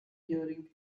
hearing